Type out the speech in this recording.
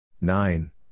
nine